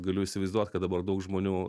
galiu įsivaizduot kad dabar daug žmonių